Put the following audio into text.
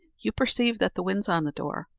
you perceive that the wind's on the door,